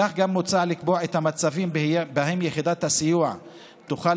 כך גם מוצע לקבוע את המצבים שבהם יחידת הסיוע תוכל